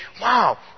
wow